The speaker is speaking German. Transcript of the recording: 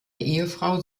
ehefrau